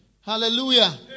Hallelujah